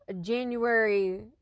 january